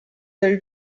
del